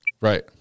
Right